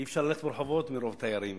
אי-אפשר ללכת ברחוב מרוב תיירים.